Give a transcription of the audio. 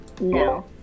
no